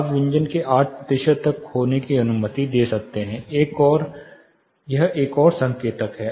आप व्यंजन के 8 प्रतिशत तक खोने की अनुमति दे सकते हैं यह एक और संकेतक है